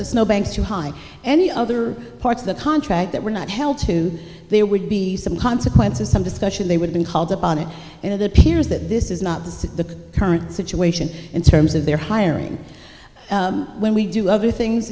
the snow banks too high any other parts of the contract that were not held to there would be some consequences some discussion they would be called upon it and it appears that this is not just the current situation in terms of their hiring when we do other things